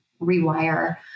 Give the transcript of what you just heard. rewire